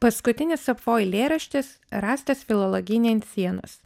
paskutinis safo eilėraštis rastas filologyne ant sienos